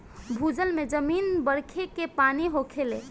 भूजल में जमीन बरखे के पानी सोखेले